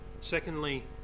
Secondly